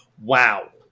Wow